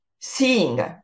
seeing